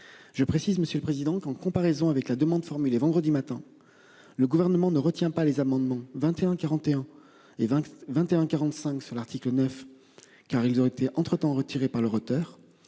Je précise Monsieur le Président, qu'en comparaison avec la demande formulée vendredi matin. Le gouvernement ne retient pas les amendements 21 41 et 20, 21 45 sur l'article 9, car ils auraient été entre-temps retirée par leur